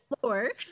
floor